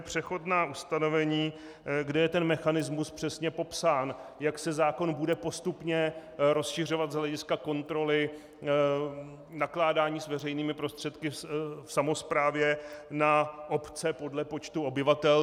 Přechodná ustanovení, kde je ten mechanismus přesně popsán, jak se zákon bude postupně rozšiřovat z hlediska kontroly nakládání s veřejnými prostředky v samosprávě na obce podle počtu obyvatel.